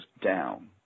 down